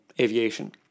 aviation